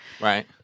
Right